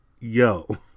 Yo